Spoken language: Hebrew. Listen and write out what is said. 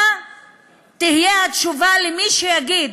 מה תהיה התשובה למי שיגיד: